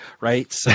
Right